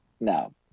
No